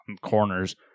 corners